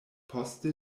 poste